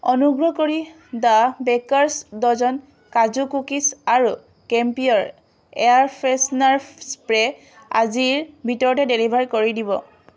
অনুগ্ৰহ কৰি the baker's dozen kaju cookies আৰু কেম্পিউৰ এয়াৰ ফ্ৰেছনাৰ স্প্ৰে আজিৰ ভিতৰতে ডেলিভাৰ কৰি দিব